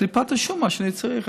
אבל זה כקליפת השום לעומת מה שאני צריך.